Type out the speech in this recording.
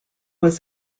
was